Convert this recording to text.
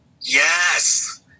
Yes